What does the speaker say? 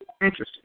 Interesting